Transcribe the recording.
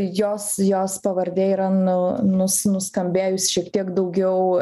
jos jos pavardė yra nu nus nuskambėjus šiek tiek daugiau